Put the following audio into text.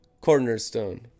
cornerstone